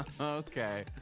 Okay